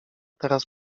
teraz